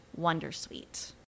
wondersuite